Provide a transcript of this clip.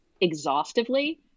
exhaustively